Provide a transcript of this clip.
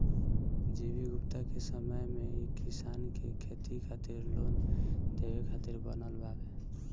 G V Gupta के समय मे ई किसान के खेती खातिर लोन देवे खातिर बनल बावे